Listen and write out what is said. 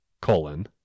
colon